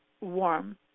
warm